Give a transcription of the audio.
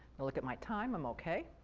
i'll look at my time i'm okay.